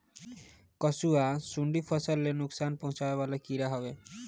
कंसुआ, सुंडी फसल ले नुकसान पहुचावे वाला कीड़ा हवे